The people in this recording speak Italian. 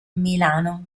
milano